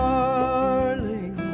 Darling